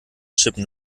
chippen